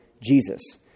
Jesus